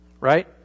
right